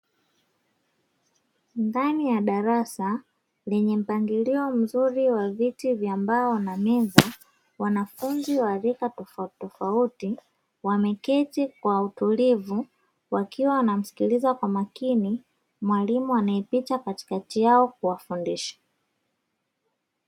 Ndani ya darasa lenye mpangilio mzuri wa viti vya mbao na meza wanafunzi wa rika tofautitofauti, wameketi kwa utulivu wakiwa wanamsikiliza kwa makini mwalimu anaepitia katikati yao kuwafundisha.